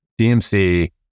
DMC